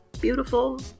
beautiful